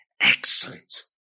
excellent